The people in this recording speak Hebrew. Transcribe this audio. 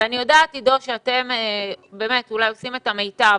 ואני יודעת עידו שאתם באמת עושים את המיטב,